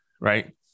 right